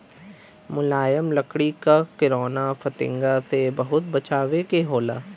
मुलायम लकड़ी क किरौना फतिंगा से बहुत बचावे के होला